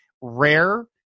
rare